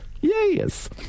yes